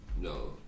no